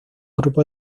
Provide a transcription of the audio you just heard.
grupo